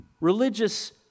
Religious